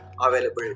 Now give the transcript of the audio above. available